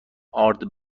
آرد